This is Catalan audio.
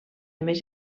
més